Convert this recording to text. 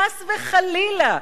חס וחלילה,